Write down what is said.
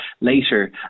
later